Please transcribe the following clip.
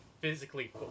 physically